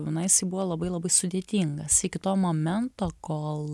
na jisai buvo labai labai sudėtingas iki to momento kol